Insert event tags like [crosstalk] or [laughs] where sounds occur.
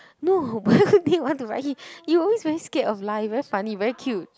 no [laughs] why would they want to ride it you always very scared of lie very funny very cute